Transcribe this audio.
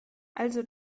also